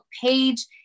page